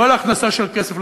כל הכנסה של כסף,